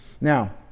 Now